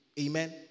Amen